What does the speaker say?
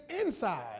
inside